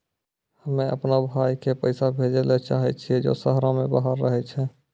हम्मे अपनो भाय के पैसा भेजै ले चाहै छियै जे शहरो से बाहर रहै छै